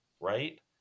right